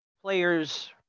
players